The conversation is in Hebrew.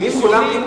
מניסיוני,